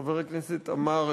חבר הכנסת עמאר,